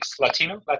Latino